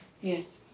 Yes